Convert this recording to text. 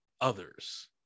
others